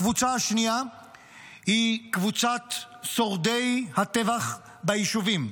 הקבוצה השנייה היא קבוצת שורדי הטבח ביישובים.